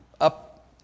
up